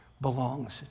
belongs